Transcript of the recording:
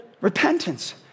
repentance